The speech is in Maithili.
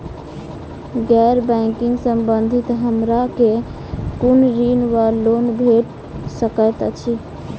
गैर बैंकिंग संबंधित हमरा केँ कुन ऋण वा लोन भेट सकैत अछि?